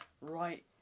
right